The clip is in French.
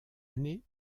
année